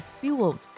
fueled